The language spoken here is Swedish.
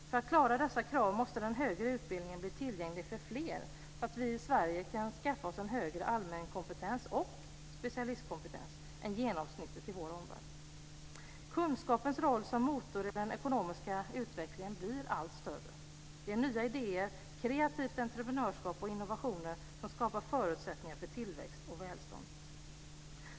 För att klara dessa krav måste den högre utbildningen bli tillgänglig för fler så att vi i Sverige kan skaffa oss en högre allmänkompetens och specialistkompetens än genomsnittet i vår omvärld. Kunskapens roll som motor i den ekonomiska utvecklingen blir allt större. Det är nya idéer, kreativt entreprenörskap och innovationer som skapar förutsättningar för tillväxt och välstånd.